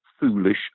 foolish